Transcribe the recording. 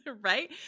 Right